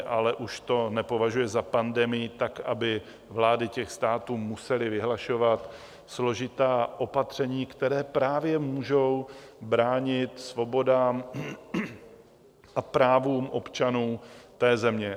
Ale už to nepovažuje za pandemii, tak aby vlády těch států musely vyhlašovat složitá opatření, která právě můžou bránit svobodám a právům občanům té země.